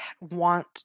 want